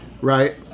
Right